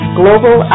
global